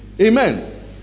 Amen